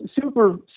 super